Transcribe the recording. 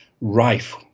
rife